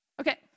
Okay